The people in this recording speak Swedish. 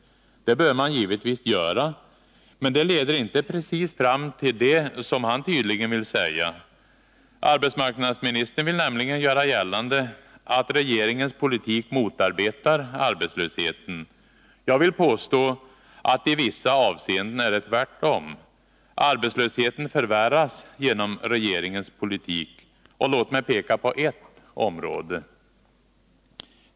Det bör man givetvis göra, men det leder inte precis fram till det som han tydligen vill säga. Arbetsmarknadsministern vill nämligen göra gällande att regeringens politik motarbetar arbetslösheten. Jag vill påstå att det i vissa avseenden är tvärtom. Arbetslösheten förvärras genom regeringens politik. Låt mig peka på ett område.